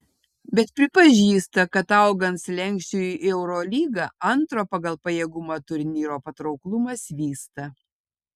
bet pripažįsta kad augant slenksčiui į eurolygą antro pagal pajėgumą turnyro patrauklumas vysta